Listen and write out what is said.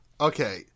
Okay